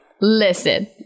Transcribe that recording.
Listen